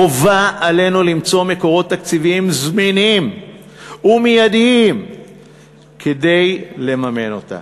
חובה עלינו למצוא מקורות תקציביים זמינים ומיידיים כדי לממן אותה.